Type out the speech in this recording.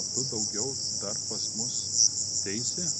o tu daugiau dar pas mus ateisi